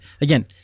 again